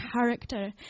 character